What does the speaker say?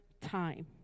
time